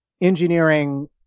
engineering